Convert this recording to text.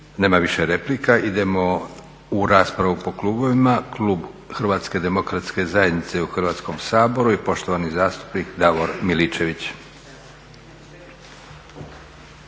Nema više replika. Idemo u raspravu po klubovima. Klub HDZ-a u Hrvatskom saboru i poštovani zastupnik Davor Miličević.